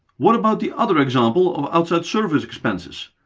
what about the other example of outside service expenses?